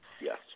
Yes